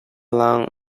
land